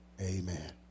Amen